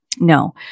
No